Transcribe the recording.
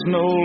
no